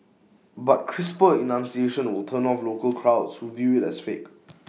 but crisper enunciation will turn off local crowds who view IT as fake